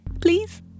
please